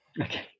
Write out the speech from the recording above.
Okay